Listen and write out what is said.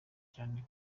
cyane